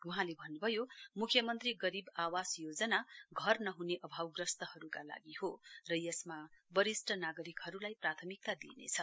वहाँले भन्न्भयो म्ख्यमन्त्री गरीब आवास योजना घर नह्ने अभावग्रस्तहरूका लागि हो र यसमा वरिष्ट नागरिकहरूलाई प्राथमिकता दिइनेछ